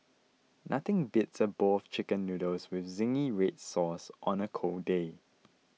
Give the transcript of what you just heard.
nothing beats a bowl of Chicken Noodles with Zingy Red Sauce on a cold day